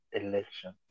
election